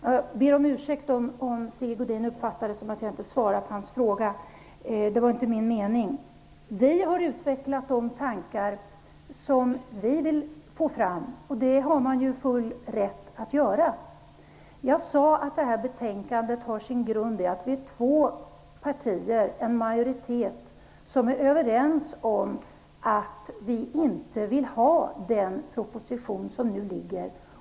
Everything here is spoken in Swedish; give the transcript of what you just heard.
Jag ber om ursäkt för att jag inte tidigare svarade på Sigge Godins fråga -- det var inte min mening att låta bli. Vi har utvecklat de tankar som vi vill föra fram -- det har man full rätt att göra. Jag sade att det här betänkandet har sin grund i att vi är två partier i majoritet som är överens om att inte anta den proposition som nu föreligger.